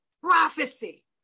prophecy